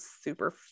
super